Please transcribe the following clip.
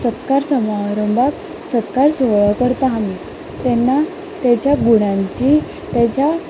सत्कार समारंभाक सत्कार सुवाळो करता आमी तेन्ना तेच्या गुणांची तेच्या